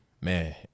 man